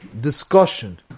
discussion